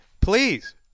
please